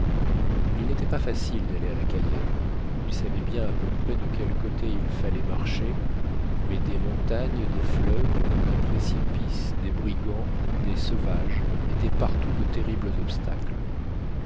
il n'était pas facile d'aller à la cayenne ils savaient bien à peu près de quel côté il fallait marcher mais des montagnes des fleuves des précipices des brigands des sauvages étaient partout de terribles obstacles